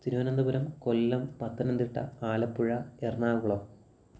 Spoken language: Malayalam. തിരുവനന്തപുരം കൊല്ലം പത്തനംതിട്ട ആലപ്പുഴ എറണാകുളം